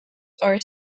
are